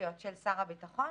ספציפיות של שר הביטחון,